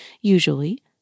usually